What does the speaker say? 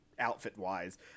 outfit-wise